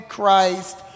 Christ